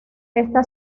esta